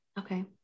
Okay